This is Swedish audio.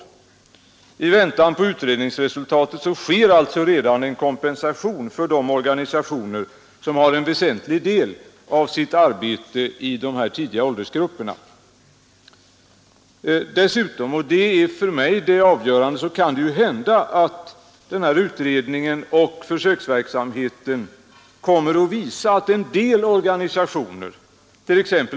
I väntan på utredningens resultat ges alltså redan en kompensation till de organisationer som har en väsentlig del av sitt arbete i dessa tidiga åldersgrupper. Dessutom — det är för mig avgörande — kan det hända att denna utredning och försöksverksamhet kommer att visa att en del organisationer, tex.